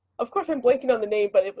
of course i'm blanking on the name but it, but